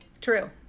True